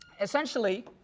essentially